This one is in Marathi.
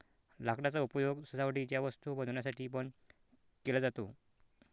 लाकडाचा उपयोग सजावटीच्या वस्तू बनवण्यासाठी पण केला जातो